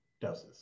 doses